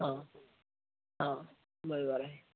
हां हां बरोबर आहे